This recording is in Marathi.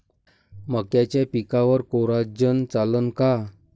मक्याच्या पिकावर कोराजेन चालन का?